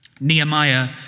Nehemiah